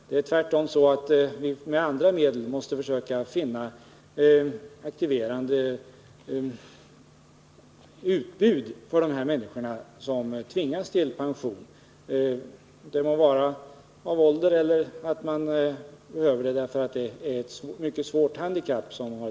Det är tvärtom så, att vi med andra medel måste försöka finna ett aktiverande utbud för de människor som fått pension — det må vara av ålder eller på grund av ett svårt handikapp.